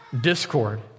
Discord